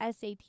SAT